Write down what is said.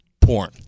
Porn